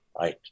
Right